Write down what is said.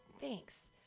Thanks